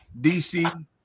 DC